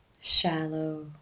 shallow